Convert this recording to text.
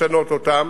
לשנות אותם,